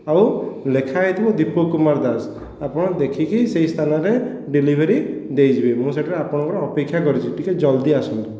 ଆଉ ଲେଖା ହୋଇଥିବ ଦୀପକ କୁମାର ଦାସ ଆପଣ ଦେଖିକି ସେହି ସ୍ଥାନରେ ଡେଲିଭରି ଦେଇଯିବେ ମୁଁ ସେଠାରେ ଆପଣଙ୍କର ଅପେକ୍ଷା କରିଛି ଟିକିଏ ଜଲ୍ଦି ଆସନ୍ତୁ